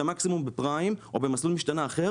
את המקסימום בפריים או במסלול משתנה אחר